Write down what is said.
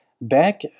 back